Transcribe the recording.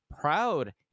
proud